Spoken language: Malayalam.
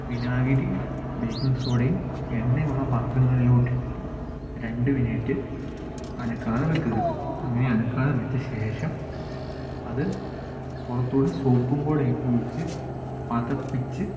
വിനാഗിരിയും ബേക്കിങ്ങ് സോഡയും എണ്ണയുള്ള പാത്രങ്ങളിലോട്ടിട്ട് രണ്ട് മിനിറ്റ് അനക്കാതെ വെക്കുക അങ്ങനെ അനക്കാതെ വെച്ച ശേഷം അത് പുറത്തുകൂടെ സോപ്പും കൂടെ ഒഴിച്ച് പതപ്പിച്ച്